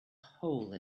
hole